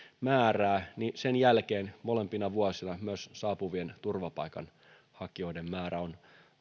määrää niin sen jälkeen molempina vuosina myös saapuvien turvapaikanhakijoiden määrä on